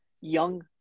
Young